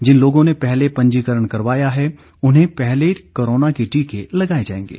जिन लोगों ने पहले पंजीकरण करवाया है उन्हें पहले कोरोना के टीके लगाए जायेंगे